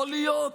יכול להיות.